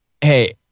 hey